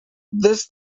this